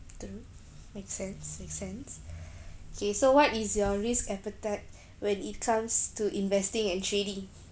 true make sense make sense okay so what is your risk appetite when it comes to investing and trading